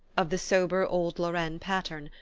of the sober old lorraine pattern,